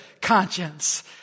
conscience